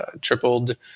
tripled